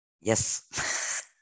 yes